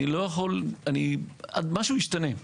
אני לא יכול, משהו ישתנה.